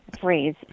phrase